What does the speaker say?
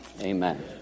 Amen